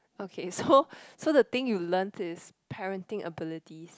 okay so so the thing you learn is parenting abilities